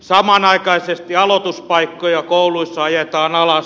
samanaikaisesti aloituspaikkoja kouluissa ajetaan alas